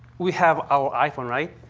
we have our iphone, right?